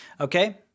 Okay